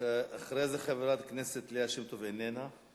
אחרי זה, חברת כנסת ליה שמטוב, איננה.